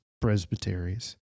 presbyteries